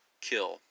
kill